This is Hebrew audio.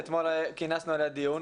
שאתמול כינסנו עליה דיון,